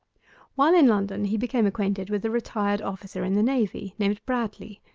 while in london he became acquainted with a retired officer in the navy named bradleigh,